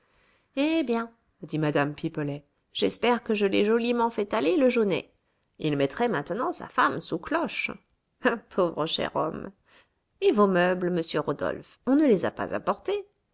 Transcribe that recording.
eh bien dit mme pipelet j'espère que je l'ai joliment fait aller le jaunet il mettrait maintenant sa femme sous cloche pauvre cher homme et vos meubles monsieur rodolphe on ne les a pas apportés